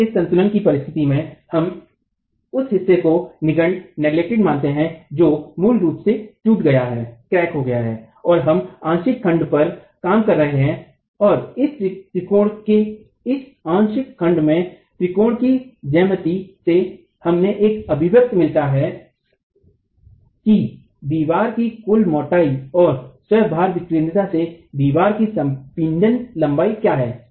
तो इस संतुलन की परिस्तिथि से हम उस हिस्से को निगंन्य मानते है जो मूल रूप से टूट गया है और हम आंशिक खंड पर काम कर रहे हैं और इस त्रिकोण से इस आंशिक खंड में त्रिकोण की ज्यामिति से हमें एक अभिव्यक्ति मिलता है की दीवार की कुल मोटाई और स्व भार विकेंद्रिता से दीवार की संपीडन लम्बाई क्या है